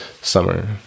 summer